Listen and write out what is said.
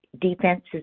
defenses